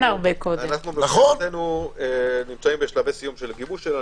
אנחנו נמצאים בשלבי סיום של הגיבוש שלה.